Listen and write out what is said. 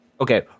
okay